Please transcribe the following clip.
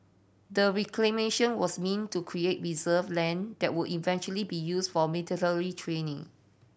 the reclamation was meant to create reserve land that would eventually be used for military training